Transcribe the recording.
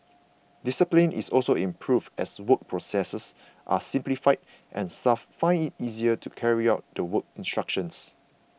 discipline is also improved as work processes are simplified and staff find it easier to carry out the work instructions